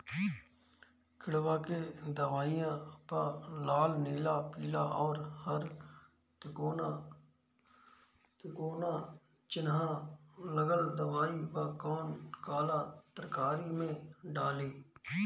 किड़वा के दवाईया प लाल नीला पीला और हर तिकोना चिनहा लगल दवाई बा कौन काला तरकारी मैं डाली?